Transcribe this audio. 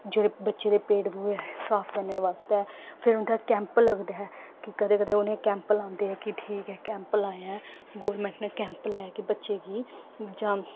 जेह्ड़ी बच्चे दे पेट बगैरा साफ करने बास्तै फिर उं'दा कैंप लगदा ऐ कि कदें कदें उ'नें कैंप लांदे ऐ कि ठीक ऐ कैंप लाया ऐ गौरमैंट ने कैंप लाया ऐ कि बच्चे गी